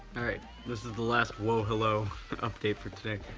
alright, this is the last wohello update for today,